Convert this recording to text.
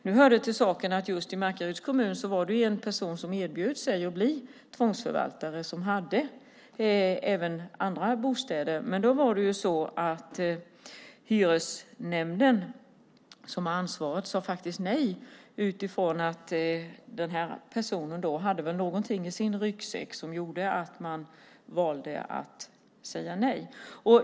Nu hör det till saken att i just Markaryds kommun var det en person som erbjöd sig att bli tvångsförvaltare. Personen hade även andra bostäder, men hyresnämnden som har ansvaret sade faktiskt nej utifrån att den här personen hade något i sin ryggsäck som gjorde att man valde att säga nej.